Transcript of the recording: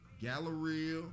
Galleria